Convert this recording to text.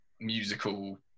musical